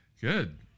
Good